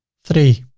three,